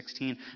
16